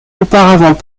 auparavant